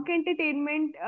Entertainment